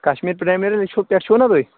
Kashmir premier league چھُ پٮ۪ٹھ چھُو نا تُہۍ